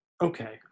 Okay